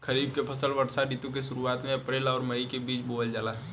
खरीफ के फसल वर्षा ऋतु के शुरुआत में अप्रैल से मई के बीच बोअल जाला